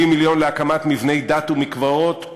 70 מיליון להקמת מבני דת ומקוואות,